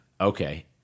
Okay